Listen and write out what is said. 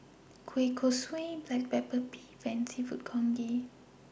Kueh Kosui Black Pepper Beef and Seafood Congee